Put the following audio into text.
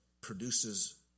produces